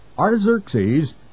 Artaxerxes